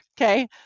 Okay